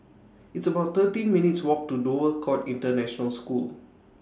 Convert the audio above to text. It's about thirteen minutes' Walk to Dover Court International School